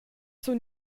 sun